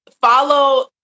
follow